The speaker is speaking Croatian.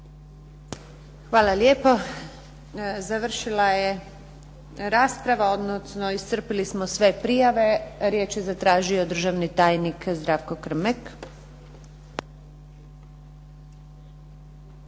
Hvala lijepo. Završila je rasprava odnosno iscrpili smo sve prijave. Riječ je zatražio državni tajnik Zlatko Krmek.